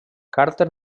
carter